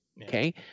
Okay